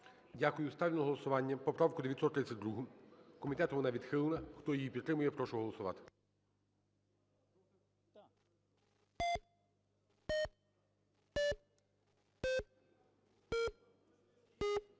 Дякую. Ставлю на голосування поправку 932. Комітетом вона відхилена. Хто її підтримує, прошу голосувати.